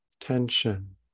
tension